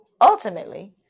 ultimately